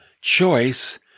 choice